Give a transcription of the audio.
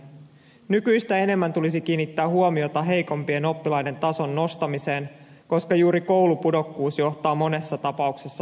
nykyistä enemmän tulisi kiinnittää huomiota heikompien oppilaiden tason nostamiseen koska juuri koulupudokkuus johtaa monessa tapauksessa syrjäytymiseen